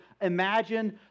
imagine